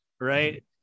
right